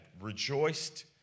Rejoiced